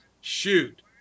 Shoot